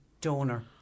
Donor